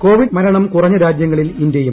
Covid മരണം കുറഞ്ഞ് രാജീൃങ്ങളിൽ ഇന്ത്യയും